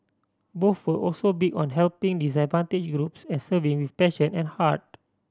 both were also big on helping disadvantaged groups and serving with passion and heart